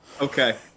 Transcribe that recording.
Okay